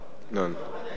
לא, לא.